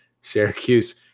Syracuse